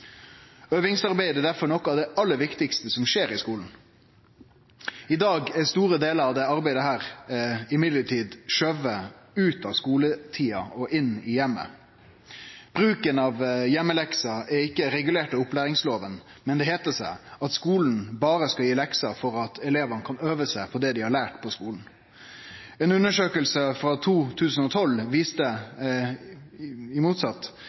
Øvingsarbeidet er difor noko av det aller viktigaste som skjer i skulen. I dag er store delar av dette arbeidet likevel skyvde ut av skuletida og inn i heimen. Bruken av heimelekser er ikkje regulert av opplæringsloven, men det heiter seg at skulen berre skal gi lekser for at elevane kan øve seg på det dei har lært på skulen. Ei undersøking frå 2012 viste – i motsett